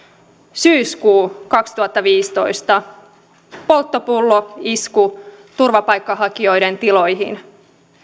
syyskuu kaksituhattaviisitoista polttopulloisku turvapaikanhakijoiden tiloihin